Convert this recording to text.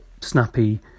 snappy